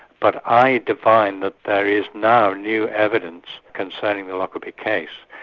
but i divine that there is now new evidence concerning the lockerbie case,